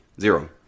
zero